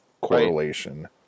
correlation